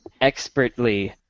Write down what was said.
expertly